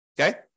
Okay